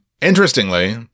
Interestingly